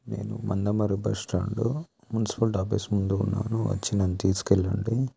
నేను Mandamarri bus stand municipal office ముందు ఉన్నాను వచ్చి నన్నూ తీసుకెళ్ళండి